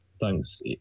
thanks